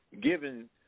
given